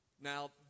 Now